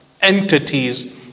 entities